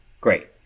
great